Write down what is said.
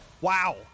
Wow